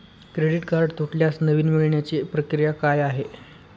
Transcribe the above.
Credit card तुटल्यास नवीन मिळवण्याची प्रक्रिया काय आहे?